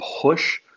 push